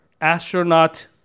astronaut